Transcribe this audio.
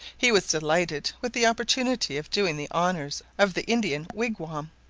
he was delighted with the opportunity of doing the honours of the indian wigwam,